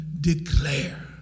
declare